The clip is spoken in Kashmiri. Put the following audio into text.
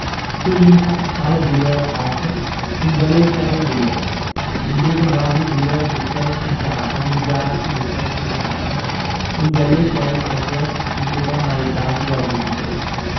تہٕ یِم اَتھ تَلہٕ بٕلیڈ آسہٕ تِم گلے سارے بٕلیڈ یِم بیٚیہِ تِم رَبرو بٕلیڈ مَکسرَس کُن چھِ آسان یُس جار تہٕ مِکسرس کُن چھِ آسان تِم گلے سارے سَفید تِم پیٚیہِ پَتہٕ نیہِ تراونہِ گۄڈٕنِکی دۄہ